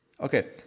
Okay